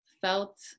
felt